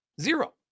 Zero